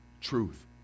truth